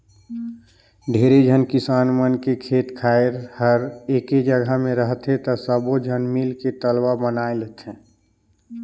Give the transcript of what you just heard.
ढेरे झन किसान मन के खेत खायर हर एके जघा मे रहथे त सब्बो झन मिलके तलवा बनवा लेथें